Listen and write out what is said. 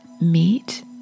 meet